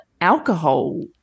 alcohol